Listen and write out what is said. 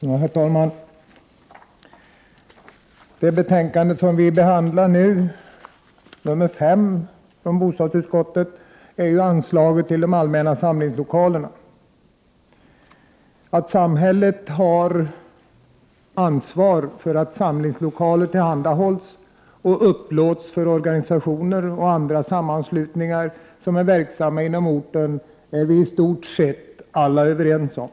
Herr talman! Det betänkande som vi nu behandlar, nr 5 från bostadsutskottet, rör anslag till allmänna samlingslokaler. Att samhället har ansvaret för att samlingslokaler tillhandahålls och upplåts för organisationer och andra sammanslutningar som är verksamma på en ort, är vi i stort sett överens om.